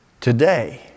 today